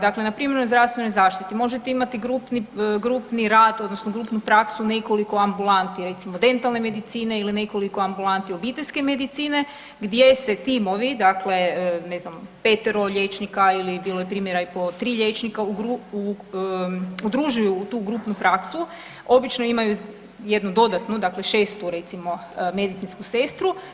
Dakle, npr. zdravstvenoj zaštiti, možete imati grupni rad odnosno grupnu praksu nekoliko ambulanti, recimo dentalne medicine ili nekoliko ambulanti obiteljske medicine gdje se timovi, dakle ne znam, petero liječnika ili bilo je primjera i po tri liječnika udružuju u tu grupnu praksu, obično imaju jednu dodatnu, dakle šestu recimo, medicinsku sestru.